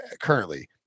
currently